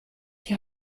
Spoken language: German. die